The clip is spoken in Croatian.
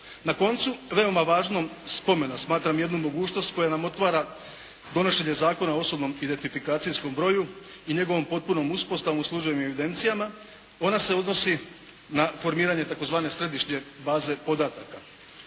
Na koncu veoma važnog spomena, smatram jednu mogućnost koja nam otvara donošenje Zakona o osobnom identifikacijskom broju i njegovom potpunom uspostavom u služenju evidencijama. Ona se odnosi na formiranje tzv. središnje baze podataka.